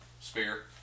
Spear